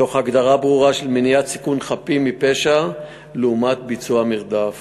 תוך הגדרה ברורה של מניעת סיכון חפים מפשע לעומת ביצוע מרדף.